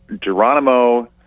Geronimo